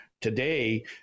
today